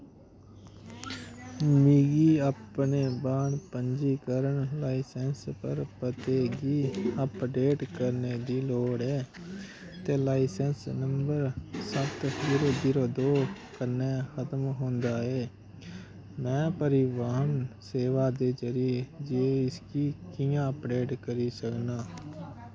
मिगी अपने वाहन पंजीकरण लाइसेंस पर पते गी अपडेट करने दी लोड़ ऐ ते लाइसेंस नंबर सत्त जीरो जीरो दो कन्नै खत्म होंदा ऐ में परिवाहन सेवा दे जरिये जे इसगी कि'यां अपडेट करी सकना